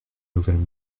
nouvelles